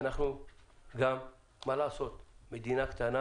ואנחנו גם, מה לעשות, מדינה קטנה